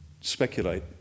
speculate